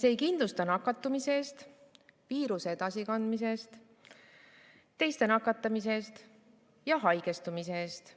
See ei kindlusta [kaitset] nakatumise eest, viiruse edasikandmise eest, teiste nakatamise eest ega haigestumise eest.